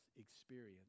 experience